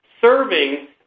Serving